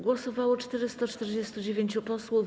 Głosowało 449 posłów.